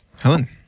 Helen